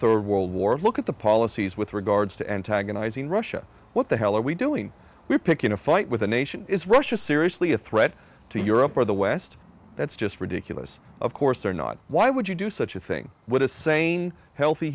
third world war look at the policies with regards to antagonizing russia what the hell are we doing we're picking a fight with a nation is russia seriously a threat to europe or the west that's just ridiculous of course or not why would you do such a thing would a sane healthy